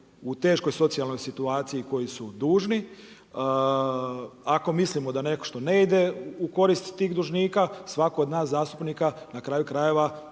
u teškoj socijalnoj situaciji, koji su dužni. Ako mislimo da nešto ne ide u korist tih dužnika svatko od nas zastupnika na kraju krajeva